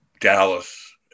Dallas